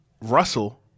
Russell